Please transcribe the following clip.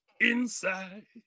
inside